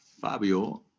Fabio